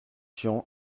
tian